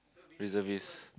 reservist